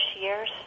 years